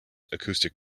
acoustic